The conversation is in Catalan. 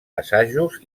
assajos